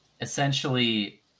essentially